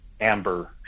amber